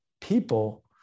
people